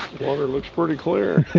water looks pretty clear.